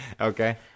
Okay